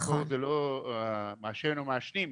אבל המקור זה המעשן או המעשנים.